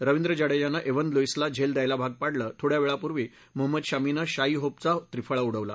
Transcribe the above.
रविद्र जडेजानं एव्हन लुईसला झेल द्यायला भाग पाडलं थोड्यावेळी पूर्वी महम्मद शमीनं शाई होपचा त्रिफळा उडवला